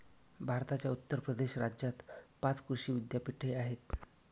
भारताच्या उत्तर प्रदेश राज्यात पाच कृषी विद्यापीठे आहेत